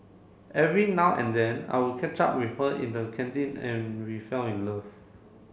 every now and then I would catch up with her in the canteen and we fell in love